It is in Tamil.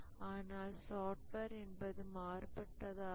ஆனால் சாஃப்ட்வேர் என்பது மாறுபட்டதாகும்